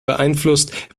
beeinflusst